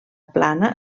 plana